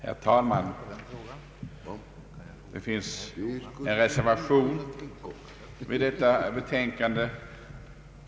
Herr talman! Det finns två reservationer vid detta betänkande.